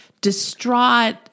distraught